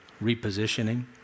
repositioning